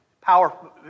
Powerful